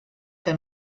que